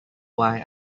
why